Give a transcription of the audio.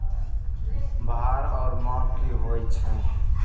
भार ओर माप की होय छै?